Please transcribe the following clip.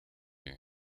you